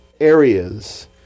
areas